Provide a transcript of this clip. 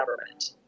government